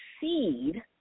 seed